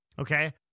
Okay